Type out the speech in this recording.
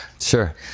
Sure